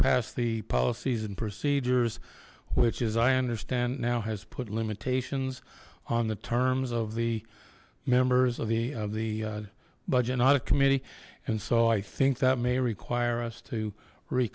passed the policies and procedures which is i understand now has put limitations on the terms of the members of the of the budget audit committee and so i think that may require us to